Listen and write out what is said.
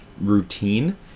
routine